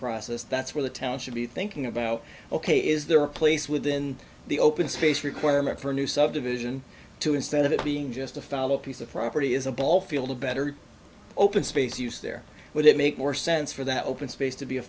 process that's where the town should be thinking about ok is there a place within the open space requirement for a new subdivision to instead of it being just a fallow piece of property is a ball field a better open space use there would it make more sense for that open space to be a